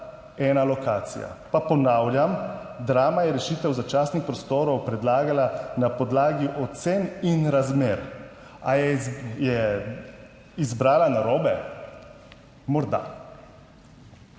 ena lokacija. Pa ponavljam, Drama je rešitev začasnih prostorov predlagala na podlagi ocen in razmer. Ali je izbrala narobe? Morda.